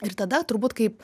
ir tada turbūt kaip